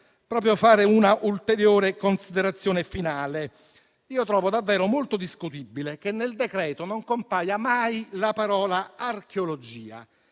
vorrei fare un'ulteriore considerazione finale: trovo davvero molto discutibile che nel decreto non compaia mai la parola «archeologia»